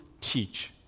teach